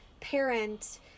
parent